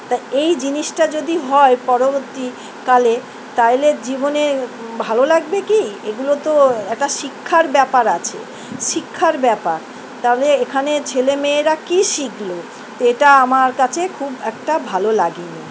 তো এই জিনিসটা যদি হয় পরবর্তী কালে তাহলে জীবনে ভালো লাগবে কি এগুলো তো একটা শিক্ষার ব্যাপার আছে শিক্ষার ব্যাপার তাহলে এখানে ছেলেমেয়েরা কী শিখলো তো এটা আমার কাছে খুব একটা ভালো লাগেনি